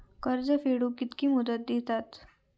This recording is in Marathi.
कर्ज फेडूक कित्की मुदत दितात?